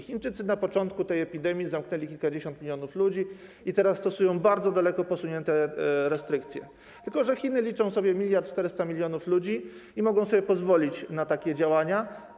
Chińczycy na początku tej epidemii zamknęli kilkadziesiąt milionów ludzi i teraz stosują bardzo daleko posunięte restrykcje, tylko że Chiny liczą sobie 1400 mln ludzi i mogą sobie pozwolić na takie działania.